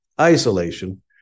isolation